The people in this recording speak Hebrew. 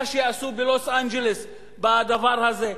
מה שעשו בלוס-אנג'לס בדבר הזה.